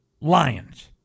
Lions